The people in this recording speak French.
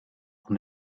pour